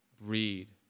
breed